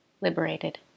liberated